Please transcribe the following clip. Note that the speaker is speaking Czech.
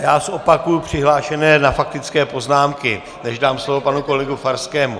A já zopakuji přihlášené na faktické poznámky, než dám slovo panu kolegovi Farskému.